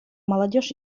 молодежь